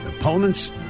opponents